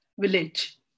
village